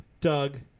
Doug